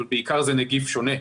אבל בעיקר זה נגיף שונה.